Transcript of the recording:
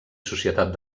societat